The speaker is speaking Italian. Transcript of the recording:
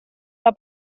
alla